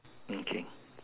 okay